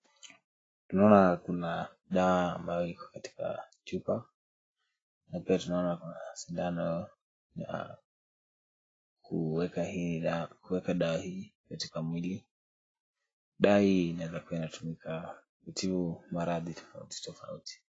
Tunaona kuna dawa ambayo iko katika chupa na pia tunaona kuna sindano ya kuweka dawa hii katika mwili. Dawa hii inaweza kuwa inatumika kutibu maradhi tofauti tofauti.